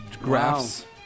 graphs